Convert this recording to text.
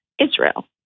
Israel